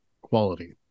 quality